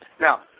Now